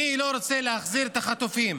מי לא רוצה להחזיר את החטופים,